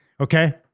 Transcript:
okay